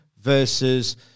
versus